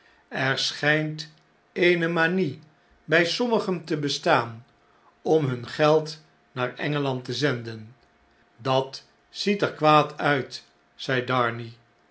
er schflnt eene manie bij sommigen te bestaan om hun geld naar engeland te zenden dat ziet er kwaad uit zei darnay